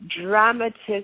dramatist